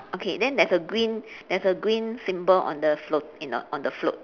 okay then there's a green there's a green symbol on the float in the on the float